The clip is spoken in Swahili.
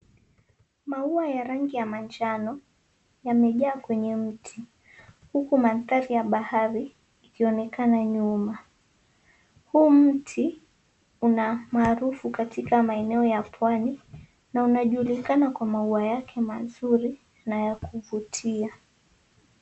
Maua ya rangi ya manjano yamejaa kwenye mti huku mandhari ya bahari ikionekana nyuma, huu mti una marufu katika maeneo ya pwani na unajulikana kwa maua yake mazuri na ya kuvutia.